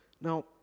Now